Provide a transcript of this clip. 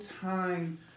time